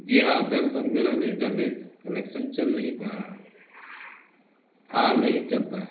جی ہاں دراصل میرا انٹرنیٹ کنیکشن چل نہیں پا رہا ہے ہاں نہیں چلتا ہے